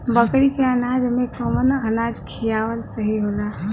बकरी के अनाज में कवन अनाज खियावल सही होला?